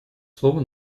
слово